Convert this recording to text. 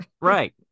Right